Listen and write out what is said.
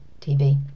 TV